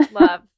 Love